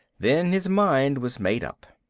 then his mind was made up.